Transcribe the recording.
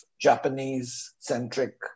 Japanese-centric